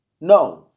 No